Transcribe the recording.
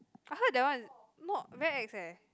I heard that one not very ex eh